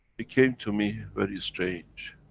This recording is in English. it came to me very strange.